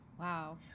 Wow